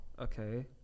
okay